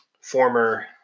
Former